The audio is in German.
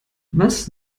was